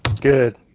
Good